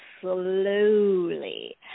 slowly